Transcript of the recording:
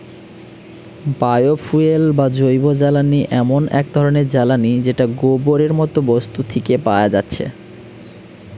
bio fuel বা জৈবজ্বালানি এমন এক ধরণের জ্বালানী যেটা গোবরের মতো বস্তু থিকে পায়া যাচ্ছে